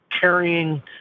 carrying